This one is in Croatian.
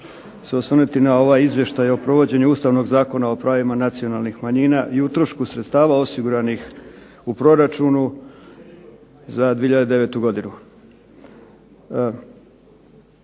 se osvrnuti na ovaj izvještaj o provođenju Ustavnog zakona o pravima nacionalnih manjina i utrošku sredstava osiguranih u proračunu za 2009. godinu.